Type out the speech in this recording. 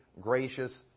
gracious